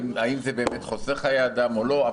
אם זה באמת חוסך חיי אדם או לא,